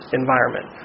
environment